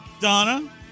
Donna